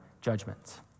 judgments